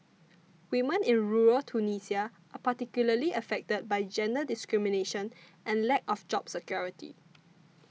women in rural Tunisia are particularly affected by gender discrimination and lack of job security